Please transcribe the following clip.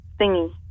thingy